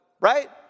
right